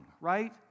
right